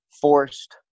forced